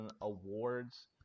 awards